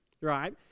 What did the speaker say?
right